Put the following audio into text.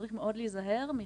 וצריך מאוד להיזהר מחטיפה.